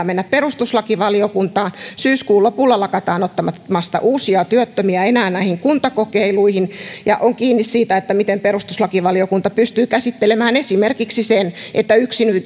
mennä perustuslakivaliokuntaan ja syyskuun lopulla lakataan ottamasta uusia työttömiä näihin kuntakokeiluihin se on kiinni siitä miten perustuslakivaliokunta pystyy käsittelemään esimerkiksi sen että